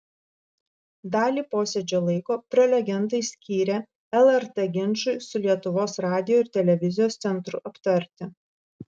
dalį posėdžio laiko prelegentai skyrė lrt ginčui su lietuvos radijo ir televizijos centru aptarti